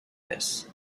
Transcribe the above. this